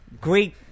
great